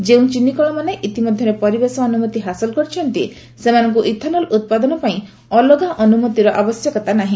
ଯେଉଁ ଚିନିକଳମାନେ ଇତିମଧ୍ୟରେ ପରିବେଶ ଅନୁମତି ହାସଲ କରିଛନ୍ତି ସେମାନଙ୍କୁ ଇଥାନଲ୍ ଉତ୍ପାଦନପାଇଁ ଅଲଗା ଅନ୍ଦ୍ରମତିର ଆବଶ୍ୟକତା ନାହି